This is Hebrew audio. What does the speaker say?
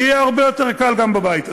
יהיה הרבה יותר קל גם בבית הזה.